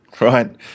Right